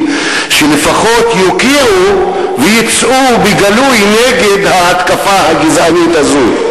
שלפחות יוקיעו ויצאו בגלוי נגד ההתקפה הגזענית הזאת.